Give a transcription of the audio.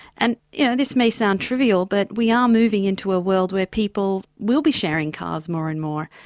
and you know this may sound trivial, but we are moving into a world where people will be sharing cars more and more.